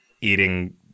eating